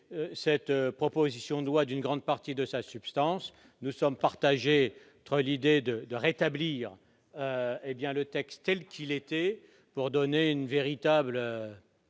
cette proposition de loi d'une grande partie de sa substance : nous sommes partagés entre l'idée de rétablir le texte tel qu'il était, pour donner une véritable